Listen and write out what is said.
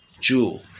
jewel